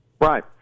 Right